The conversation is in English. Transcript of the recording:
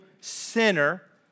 sinner